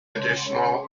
additional